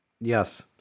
Yes